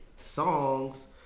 songs